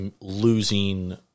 losing